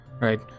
right